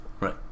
Right